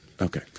Okay